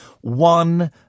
one